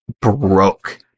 broke